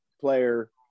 player